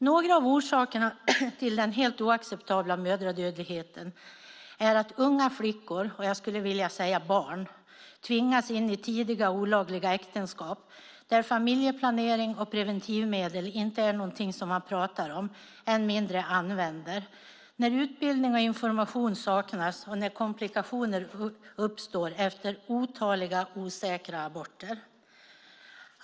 Några av orsakerna till den helt oacceptabla mödradödligheten är att unga flickor - jag skulle vilja säga barn - tvingas in i tidiga och olagliga äktenskap där familjeplanering och preventivmedel inte är någonting som man pratar om, än mindre använder. Utbildning och information saknas, och komplikationer uppstår efter otaliga osäkra aborter.